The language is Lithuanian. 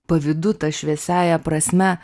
pavydu ta šviesiąja prasme